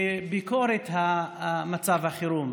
בביקורת על מצב החירום.